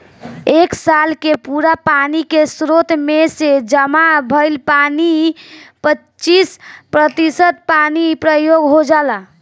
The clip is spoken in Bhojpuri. एक साल के पूरा पानी के स्रोत में से जामा भईल पानी के पच्चीस प्रतिशत पानी प्रयोग हो जाला